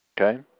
Okay